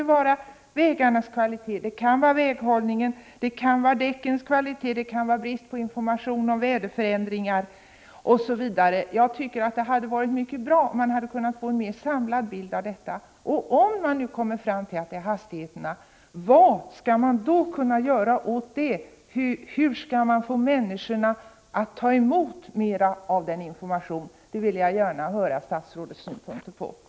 Det kan ju vara vägarnas kvalitet, väghållningen, däckens kvalitet, bristfällig information om väderförändringar, osv. Jag tycker att det vore mycket bra om man hade kunnat få en mer samlad bild av detta. Om man nu kommer fram till att det beror på för höga hastigheter, vad skall man kunna göra åt det? Hur skall man få människorna mer mottagliga för denna information? Jag skulle gärna vilja höra vad statsrådet har för synpunkter på detta.